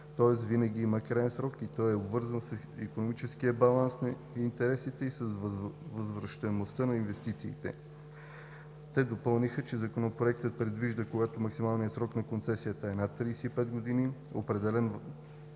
тоест винаги има краен срок и той е обвързан с икономическия баланс на интересите и с възвръщаемостта на инвестициите. Те допълниха, че Законопроектът предвижда, когато максималният срок на концесията е над 35 години, определен